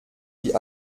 die